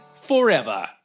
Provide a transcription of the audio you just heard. forever